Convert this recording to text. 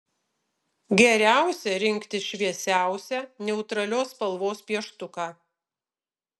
geriausia rinktis šviesiausią neutralios spalvos pieštuką